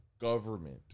government